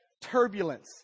turbulence